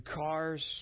cars